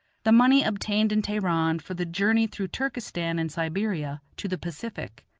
the money obtained in teheran for the journey through turkestan and siberia to the pacific.